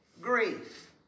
grief